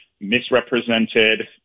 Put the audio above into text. misrepresented